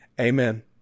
Amen